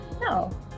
No